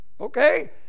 Okay